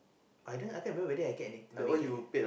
either I can't remember whether I get any we get any